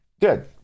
Good